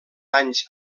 anys